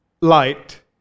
light